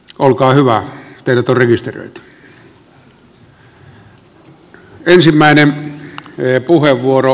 olkaa hyvä teidät on rekisteröity